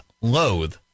loathe